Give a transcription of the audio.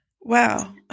Wow